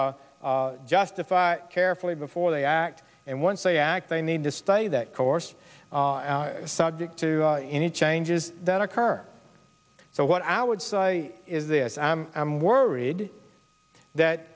justify carefully before they act and once they act they need to stay that course subject to any changes that occur so what i would sigh is this am i'm worried that